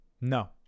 No